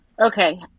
Okay